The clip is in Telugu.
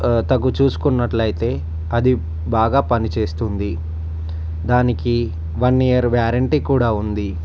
తగు చూసుకున్నట్లయితే అది బాగా పని చేస్తుంది దానికి వన్ ఇయర్ వ్యారంటీ కూడా ఉంది